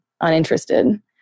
uninterested